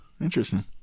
Interesting